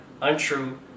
Untrue